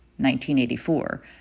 1984